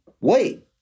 Wait